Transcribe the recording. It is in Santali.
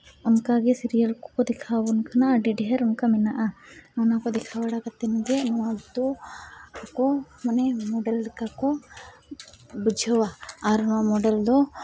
ᱚᱱᱠᱟ ᱜᱮ ᱥᱤᱨᱭᱟᱞ ᱠᱚᱠᱚ ᱫᱮᱠᱷᱟᱣ ᱵᱚᱱ ᱠᱟᱱᱟ ᱟᱹᱰᱤ ᱰᱷᱮᱨ ᱚᱱᱠᱟ ᱢᱮᱱᱟᱜᱼᱟ ᱚᱱᱟᱠᱚ ᱫᱮᱠᱷᱟᱣ ᱵᱟᱲᱟ ᱠᱟᱛᱮᱫ ᱜᱮ ᱱᱚᱣᱟ ᱫᱚ ᱠᱚ ᱢᱟᱱᱮ ᱢᱳᱰᱮᱞ ᱞᱮᱠᱟ ᱠᱚ ᱵᱩᱡᱷᱟᱹᱣᱟ ᱟᱨ ᱱᱚᱣᱟ ᱢᱳᱰᱮᱞ ᱫᱚ